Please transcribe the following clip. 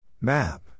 Map